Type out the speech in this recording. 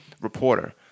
reporter